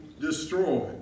destroyed